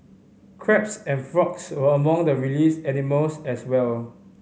crabs and frogs were among the released animals as well